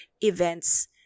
events